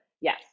Yes